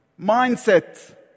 mindset